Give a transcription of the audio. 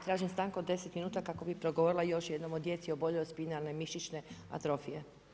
Tražim stanku od 10 minuta kako bih progovorila još jednom o djeci oboljeloj od spinalne mišićne atrofije.